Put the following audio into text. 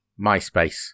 Myspace